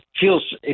feels